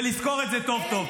ולזכור את זה טוב טוב.